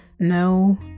no